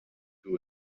who